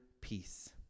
peace